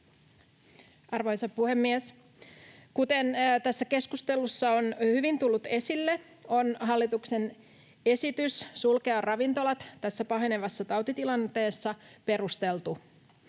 Arvoisa puhemies! Kuten tässä keskustelussa on hyvin tullut esille, on hallituksen esitys sulkea ravintolat tässä pahenevassa tautitilanteessa perusteltu.